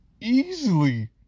easily